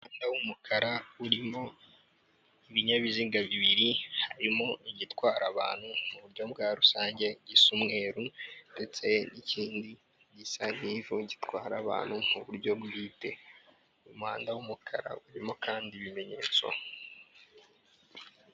Umuhanda w'umukara urimo ibinyabiziga bibiri harimo igitwara abantu mu buryo bwa rusange gisa umweru ndetse n'ikindi gisa nk'ivu gitwara abantu mu buryo bwite, uyu muhanda w'umukara urimo kandi ibimenyetso.